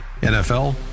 NFL